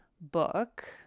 book